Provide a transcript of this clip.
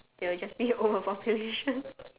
there will just be overpopulation